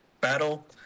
battle